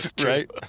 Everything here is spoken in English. right